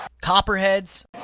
Copperheads